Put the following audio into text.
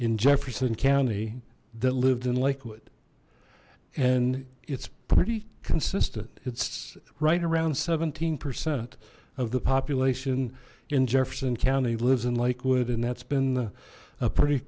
in jefferson county that lived in lakewood and it's pretty consistent it's right around seventeen percent of the population in jefferson county lives in lakewood and that's been a pretty